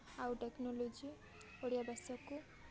ଆଉ ଟେକ୍ନୋଲୋଜି ଓଡ଼ିଆ ଭାଷାକୁ